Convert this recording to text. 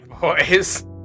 boys